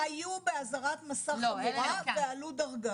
זה היו באזהרת מסע חמורה ועלו דרגה לסיכון מרבי.